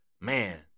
man